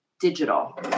digital